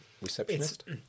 receptionist